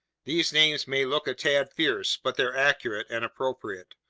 these names may look a tad fierce, but they're accurate and appropriate.